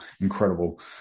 Incredible